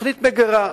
תוכנית מגירה.